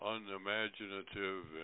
unimaginative